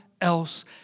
else